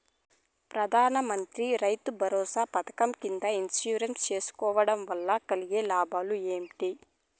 ప్రధాన మంత్రి రైతు బంధు పథకం కింద ఇన్సూరెన్సు చేయించుకోవడం కోవడం వల్ల కలిగే లాభాలు ఏంటి?